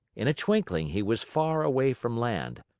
in a twinkling, he was far away from land.